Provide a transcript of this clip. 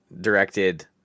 directed